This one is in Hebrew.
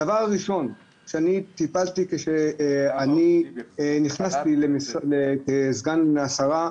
הדבר הראשון שבו טיפלתי כאשר נכנסתי לתפקידי כסגן שרת התחבורה,